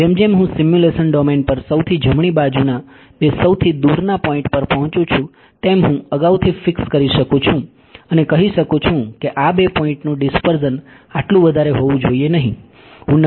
જેમ જેમ હું સિમ્યુલેશન ડોમેન પર સૌથી જમણી બાજુના બે સૌથી દૂરના પોઈન્ટ પર પહોંચું છું તેમ હું અગાઉથી ફિક્સ કરી શકું છું અને કહી શકું છું કે આ બે પોઈન્ટનું ડીસ્પર્ઝન આટલું વધારે હોવું જોઈએ નહીં